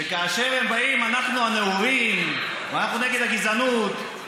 שכאשר הם באים: אנחנו הנאורים ואנחנו נגד הגזענות,